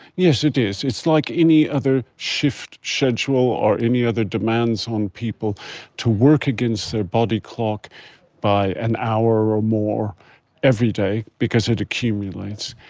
yes it is, it's like any other shift schedule or any other demands on people to work against their body clock by an hour or more every day, because it accumulates.